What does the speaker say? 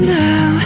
now